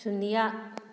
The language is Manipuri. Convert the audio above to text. ꯁꯨꯟꯅꯤꯌꯥ